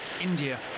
India